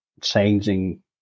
changing